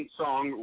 song